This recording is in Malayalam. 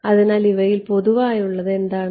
അതിനാൽ ഇവയിൽ പൊതുവായുള്ളത് എന്താണ്